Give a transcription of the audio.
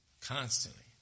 constantly